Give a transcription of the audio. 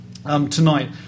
Tonight